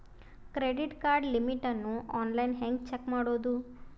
Credit card limit ಅನ್ನು online ಹೆಂಗ್ check ಮಾಡೋದು?